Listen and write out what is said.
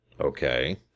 Okay